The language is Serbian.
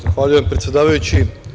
Zahvaljujem predsedavajući.